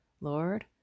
Lord